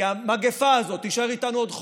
כי המגפה הזאת תישאר איתנו עוד חודשים,